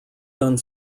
done